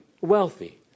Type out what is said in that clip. wealthy